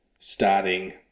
Starting